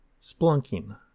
Splunking